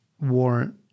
warrant